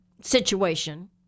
situation